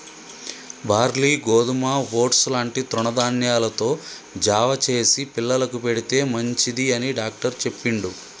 barley గోధుమ oats లాంటి తృణ ధాన్యాలతో జావ చేసి పిల్లలకు పెడితే మంచిది అని డాక్టర్ చెప్పిండు